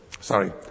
sorry